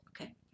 okay